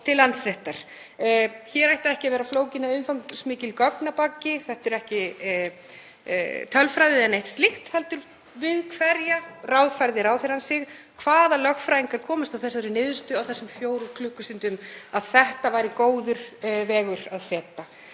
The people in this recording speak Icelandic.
til Landsréttar. Hér ættu ekki að vera flókin og umfangsmikil gögn að baki. Þetta er ekki tölfræði eða neitt slíkt heldur: Við hverja ráðfærði ráðherrann sig? Hvaða lögfræðingar komust að þeirri niðurstöðu á þessum fjórum klukkustundum að þetta væri góður vegur að feta?